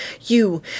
You